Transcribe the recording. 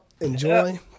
Enjoy